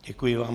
Děkuji vám.